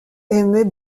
aimait